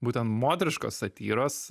būtent moteriškos satyros